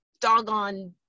doggone